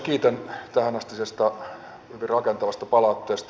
kiitän tähänastisesta hyvin rakentavasta palautteesta